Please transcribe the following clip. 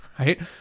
Right